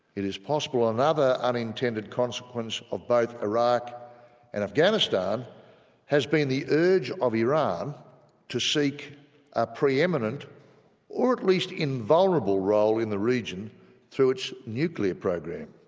it is possible another unintended consequence of both iraq and afghanistan has been the urge of iran to seek a pre-eminent or at least invulnerable role in the region through its nuclear programme.